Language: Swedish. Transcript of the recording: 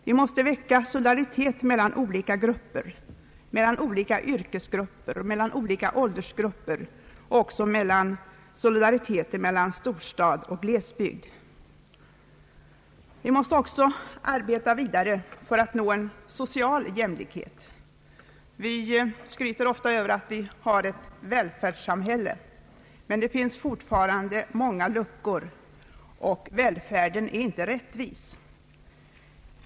Vi måste väcka solidariteten mellan olika grupper, mellan olika yrkesgrupper och mellan olika åldersgrupper men också solidaritet mellan storstad och glesbygd. Vi måste också arbeta vidare för att nå en social jämlikhet. Vi skryter ofta över att vi har ett välfärdssamhälle, men det finns fortfarande många luckor, och välfärden är inte rättvis.